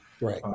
Right